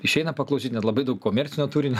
išeina paklausyt nes labai daug komercinio turinio